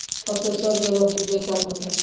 अब त सब जगह भूजल कम होता